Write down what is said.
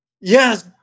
Yes